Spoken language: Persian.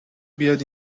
بیاد